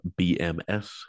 BMS